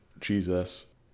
Jesus